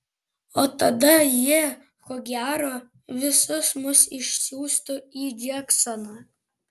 o tada jie ko gero visus mus išsiųstų į džeksoną